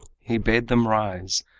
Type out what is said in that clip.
he bade them rise,